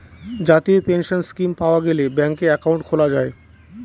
জাতীয় pension scheme পাওয়া গেলে ব্যাঙ্কে একাউন্ট খোলা যায়